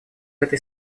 этой